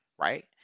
right